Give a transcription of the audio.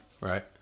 Right